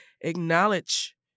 acknowledge